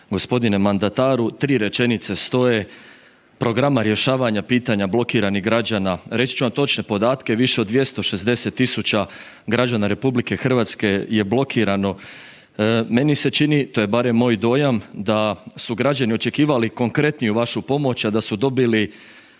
g. mandataru, tri rečenice stoje programa rješavanja pitanja blokiranih građana, reći ću vam točne podatke, više od 260 000 građana RH je blokirano. Meni se čini, to je barem moj dojam, da su građani očekivali konkretniju vašu pomoć a da su dobili